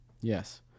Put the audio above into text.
Yes